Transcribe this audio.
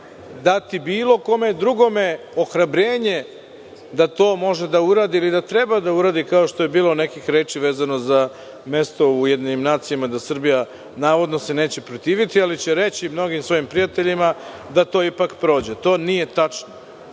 dati bilo kome drugome ohrabrenje da to može da uradi ili da treba da uradi, kao što je bilo nekih reči vezano za mesto u UN, da Srbija navodno se neće protiviti, ali će reći mnogim svojim prijateljima da to ipak prođe. To nije tačno.